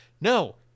no